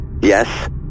Yes